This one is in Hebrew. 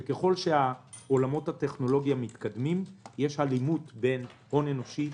וככל שעולמות הטכנולוגיה מתקדמים יש הלימה בין הון אנושי